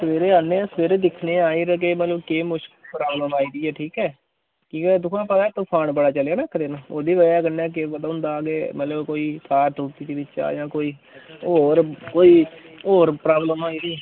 सवेरे औन्ने आं सवेरे दिक्खने आं फ्ही के मतलब केह् मुश् प्राब्लम आई दी ऐ ठीक ऐ की के दिक्खो हां पता निं तफान बड़ा चलेआ ना इक दिन ओह्दी बजह् कन्नै केह् मतलब होंदा के मतलब कोई तार त्रुट्टी दी बिच्चां जां कोई होर कोई होर प्राब्लम आई दी